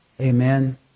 Amen